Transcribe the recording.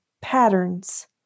patterns